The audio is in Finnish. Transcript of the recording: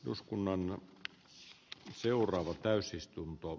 jos kunnan ja sitä seuraava täysistunto